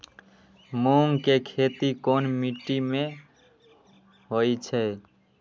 मूँग के खेती कौन मीटी मे होईछ?